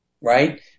Right